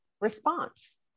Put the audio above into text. response